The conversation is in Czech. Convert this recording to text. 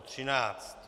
13.